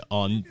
on